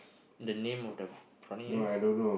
the name of the prawning area